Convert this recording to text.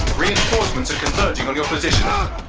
reinforcements are converging on your position.